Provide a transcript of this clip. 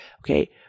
Okay